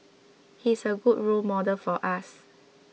he's a good role model for us